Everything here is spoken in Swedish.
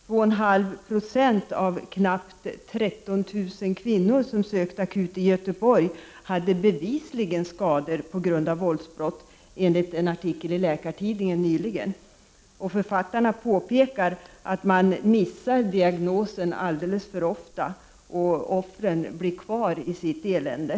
2,5 70 av de knappt 13 000 kvinnor som sökt akut vård i Göteborg hade bevisligen skador orsakade av våldsbrott, allt enligt en artikel i Läkartidningen nyligen. Författarna påpekar att man alltför ofta missar orsaken till den diagnos som görs, och offren blir därför kvar ii sitt elände.